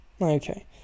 Okay